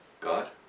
God